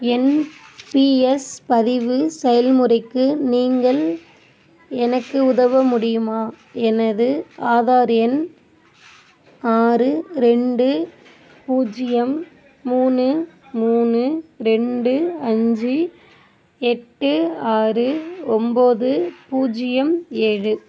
NPS பதிவு செயல்முறைக்கு நீங்கள் எனக்கு உதவ முடியுமா எனது ஆதார் எண் ஆறு ரெண்டு பூஜ்ஜியம் மூணு மூணு ரெண்டு அஞ்சு எட்டு ஆறு ஒன்போது பூஜ்ஜியம் ஏழு